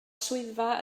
swyddfa